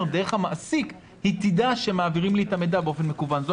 דרך המעסיק היא תדע שמעבירים לי את המידע באופן מקוון.